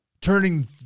turning